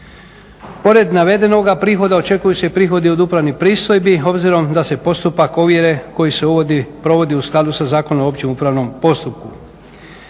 Pored navedenoga prihoda očekuju se i prihodi od upravnih pristojbi obzirom da se postupak ovjere koji se uvodi provodi u skladu sa Zakonom o opće upravnom postupku.